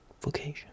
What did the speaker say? vocation